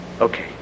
Okay